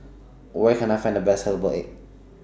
Where Can I Find The Best Herbal Egg